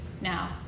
now